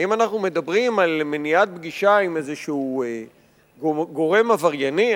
האם אנחנו מדברים על מניעת פגישה עם איזשהו גורם עברייני?